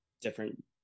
different